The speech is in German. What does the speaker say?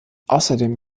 außerdem